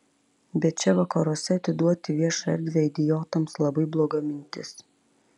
bet čia vakaruose atiduoti viešą erdvę idiotams labai bloga mintis